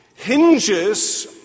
hinges